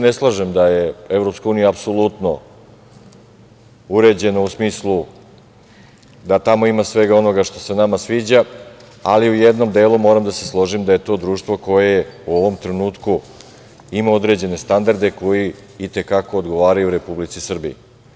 Ne slažem se da je EU apsolutno uređena u smislu da tamo ima svega onoga što se nama sviđa, ali u jednom delu moram da se složim da je to društvo koje u ovom trenutku ima određene standarde koji i te kako odgovaraju Republici Srbiji.